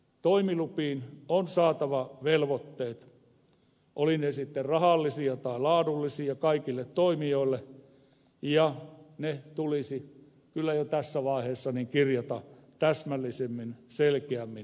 toimilupiin on saatava velvoitteet olivat ne sitten rahallisia tai laadullisia kaikille toimijoille ja ne tulisi kyllä jo tässä vaiheessa kirjata täsmällisemmin selkeämmin lakiin